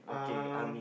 um